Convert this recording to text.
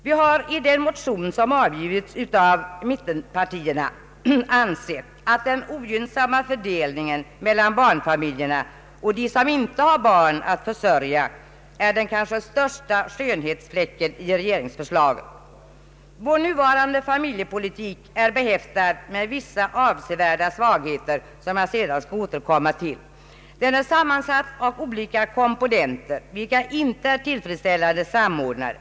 Vi har i den motion som väckts av mittenpartierna ansett att den ogynnsamma fördelningen mellan barnfamiljerna och dem som inte har barn att försörja kanske är den största skönhetsfläcken i regeringsförslaget. Vår nuvarande familjepolitik är behäftad med vissa avsevärda svagheter, som jag senare skall återkomma till. Den är sammansatt av olika komponenter som inte är tillfredsställande samordnade.